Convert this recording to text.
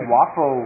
Waffle